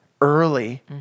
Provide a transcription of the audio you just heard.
early